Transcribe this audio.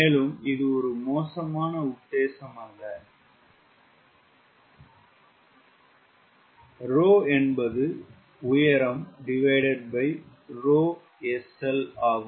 மேலும் இது ஒரு மோசமான உத்தேசம் அல்ல 𝜌 என்பது உயரம்𝜌SL ஆகும்